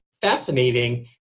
fascinating